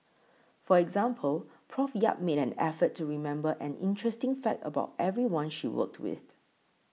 for example Prof Yap made an effort to remember an interesting fact about everyone she worked with